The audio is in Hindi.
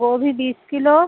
गोभी बीस किलो